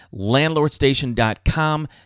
landlordstation.com